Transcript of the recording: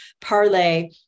parlay